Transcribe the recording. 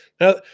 now